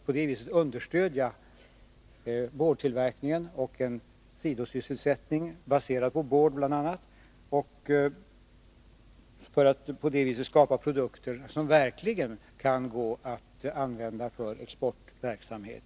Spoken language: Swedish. Vi vill understödja boardtillverkningen och en sidosysselsättning, baserad bl.a. på board, så att det skapas produkter som verkligen kan gå att använda för export.